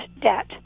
debt